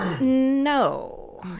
No